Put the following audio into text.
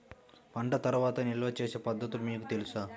పంట తర్వాత నిల్వ చేసే పద్ధతులు మీకు తెలుసా?